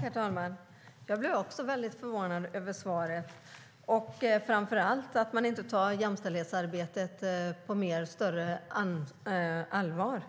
Herr talman! Jag blev också väldigt förvånad över svaret, framför allt att man inte tar jämställdhetsarbetet på större allvar.